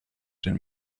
den